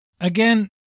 Again